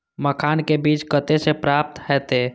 मखान के बीज कते से प्राप्त हैते?